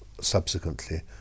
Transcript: subsequently